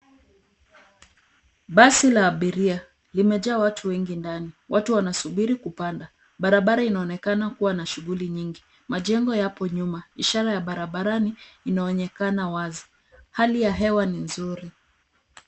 Basi la abiria limejaa watu wengi ndani. Watu wanasubiri kupanda. Barabara inaonekana kuwa na shughuli nyingi. Majengo yapo nyuma. Ishara ya barabarani inaonekana wazi. Hali ya hewa ni nzuri.